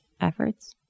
efforts